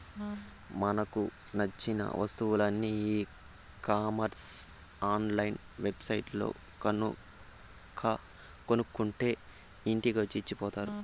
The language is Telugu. మనకు నచ్చిన వస్తువులని ఈ కామర్స్ ఆన్ లైన్ వెబ్ సైట్లల్లో గనక కొనుక్కుంటే ఇంటికి వచ్చి ఇచ్చిపోతారు